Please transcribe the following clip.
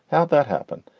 how'd that happen?